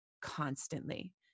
constantly